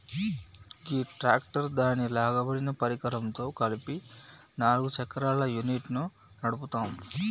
గీ tractor దాని లాగబడిన పరికరంతో కలిపి నాలుగు చక్రాల యూనిట్ను నడుపుతాము